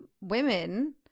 women